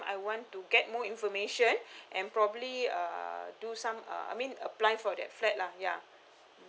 I want to get more information and probably uh do some uh I mean apply for that flat lah yeah